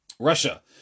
Russia